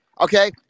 Okay